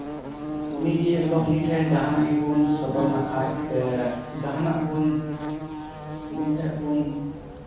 ᱩᱱᱤᱜᱮ ᱮᱠᱫᱚᱢ ᱩᱱᱤ ᱴᱷᱮᱱ ᱡᱟᱦᱟᱱᱟᱜ ᱜᱮᱵᱚᱱ ᱥᱚᱫᱚᱨ ᱞᱮᱠᱷᱟᱱ ᱡᱟᱦᱟᱱᱟᱜ ᱵᱚᱱ ᱩᱱᱤ ᱴᱷᱮᱱ ᱵᱚᱱ